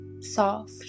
soft